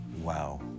Wow